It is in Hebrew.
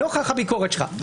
נוכח הביקורת שלך,